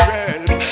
help